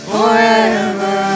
Forever